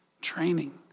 training